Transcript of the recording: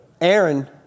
Aaron